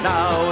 Now